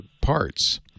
parts